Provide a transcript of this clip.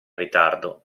ritardo